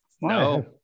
no